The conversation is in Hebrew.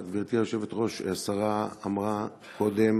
גברתי היושבת-ראש, השרה אמרה קודם